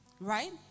Right